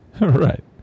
Right